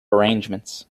arrangements